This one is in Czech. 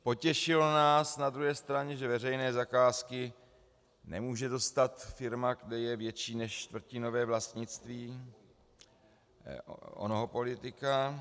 Potěšilo nás na druhé straně, že veřejné zakázky nemůže dostat firma, kde je větší než čtvrtinové vlastnictví onoho politika.